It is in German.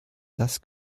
das